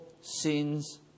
sins